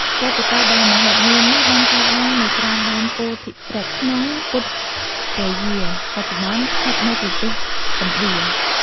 ព្រឹត្តិការណ៍ដ៏មហិមានេះបានកើតឡើងនៅក្រោមដើមពោធិព្រឹក្សក្នុង ពុទ្ធគយា បច្ចុប្បន្នស្ថិតនៅប្រទេសឥណ្ឌា។